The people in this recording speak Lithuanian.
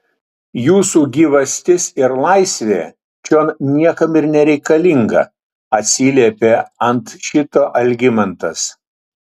jūsų gyvastis ir laisvė čion niekam ir nereikalinga atsiliepė ant šito algimantas